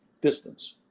distance